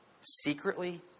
secretly